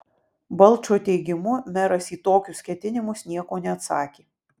balčo teigimu meras į tokius ketinimus nieko neatsakė